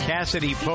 Cassidy